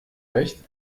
recht